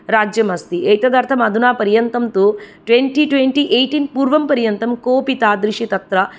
राज्यम् अस्ति एतदर्थं अधुना पर्यन्तं तु ट्वेण्टि ट्वेण्टि एय्टीन् पूर्वं पर्यन्तं कोऽपि तादृशी तत्र